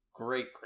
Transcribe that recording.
great